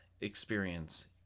experience